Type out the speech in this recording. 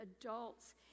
adults